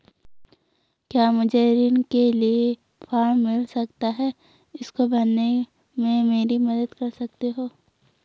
क्या मुझे ऋण के लिए मुझे फार्म मिल सकता है इसको भरने में मेरी मदद कर सकते हो?